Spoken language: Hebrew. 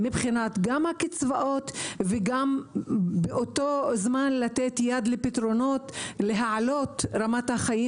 גם מבחינת הקצבאות וגם באותו זמן לתת יד לפתרונות להעלות את רמת החיים